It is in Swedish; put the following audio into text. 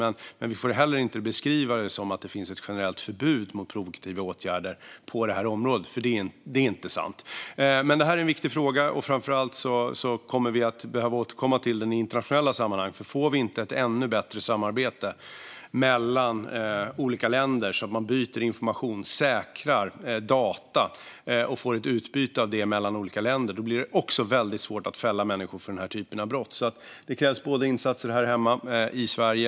Men vi får inte beskriva det som att det finns ett generellt förbud mot provokativa åtgärder på det här området, för det är inte sant. Det här är en viktig fråga. Framför allt kommer vi att behöva återkomma till den i internationella sammanhang, för om vi inte får ett ännu bättre samarbete mellan olika länder, där man byter information och säkrar data, blir det väldigt svårt att fälla människor för den här typen av brott. Det krävs insatser här hemma i Sverige.